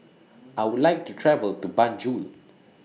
I Would like to travel to Banjul